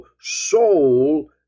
soul